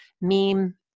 meme